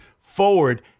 forward